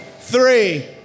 three